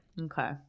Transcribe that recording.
Okay